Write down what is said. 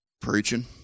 Preaching